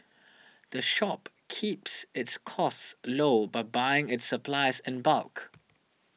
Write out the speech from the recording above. the shop keeps its costs low by buying its supplies in bulk